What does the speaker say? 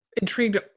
intrigued